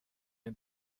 and